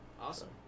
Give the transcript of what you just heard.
Awesome